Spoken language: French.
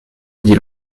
dit